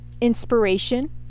inspiration